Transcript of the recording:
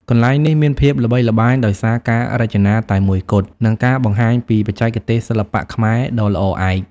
កន្លែងនេះមានភាពល្បីល្បាញដោយសារការរចនាតែមួយគត់ និងការបង្ហាញពីបច្ចេកទេសសិល្បៈខ្មែរដ៏ល្អឯក។